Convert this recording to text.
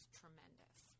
tremendous